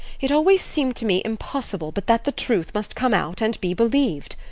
it always seemed to me impossible but that the truth must come out and be believed.